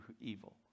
evil